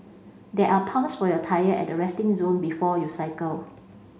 there are pumps for your tyre at the resting zone before you cycle